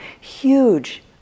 huge